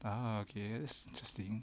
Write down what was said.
ah okay that's interesting